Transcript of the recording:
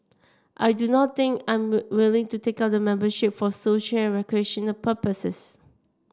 I do not think I am willing to take up the membership for social recreational purposes